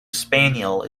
spaniel